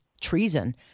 treason